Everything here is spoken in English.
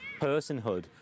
personhood